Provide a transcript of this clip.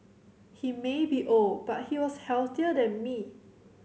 he may be old but he was healthier than me